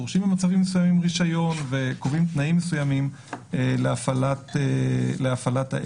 דורשים רישיון במצבים מסוימים וקובעים תנאים מסוימים להפעלת העסק.